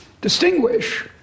distinguish